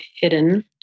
hidden